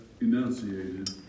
enunciated